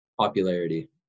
popularity